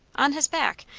on his back.